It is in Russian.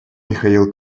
михаил